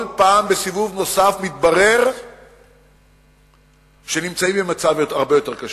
כל פעם בסיבוב נוסף מתברר שנמצאים במצב הרבה יותר קשה.